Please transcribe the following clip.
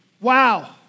Wow